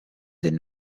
did